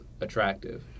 attractive